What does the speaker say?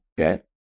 Okay